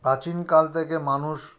প্রাচীনকাল থেকে মানুষ